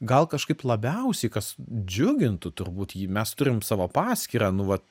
gal kažkaip labiausiai kas džiugintų turbūt jį mes turim savo paskyrą nu vat